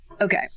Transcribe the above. okay